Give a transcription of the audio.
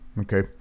okay